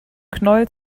knäuel